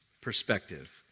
perspective